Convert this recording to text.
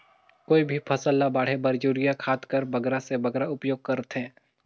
कोई भी फसल ल बाढ़े बर युरिया खाद कर बगरा से बगरा उपयोग कर थें?